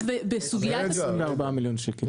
עד 24 מיליון שקלים.